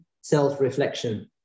self-reflection